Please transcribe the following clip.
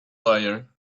lawyer